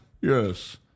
Yes